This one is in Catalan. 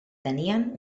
tenien